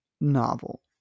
novel